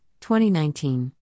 2019